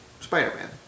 Spider-Man